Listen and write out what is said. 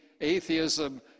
atheism